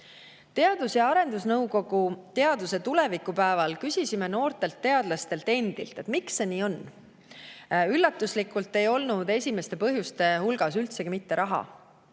Teadus‑ ja Arendusnõukogu teaduse tulevikupäeval küsisime noortelt teadlastelt endilt, miks see nii on. Üllatuslikult ei olnud esimeste põhjuste hulgas üldsegi mitte raha,